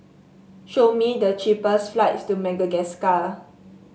show me the cheapest flights to Madagascar